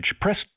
press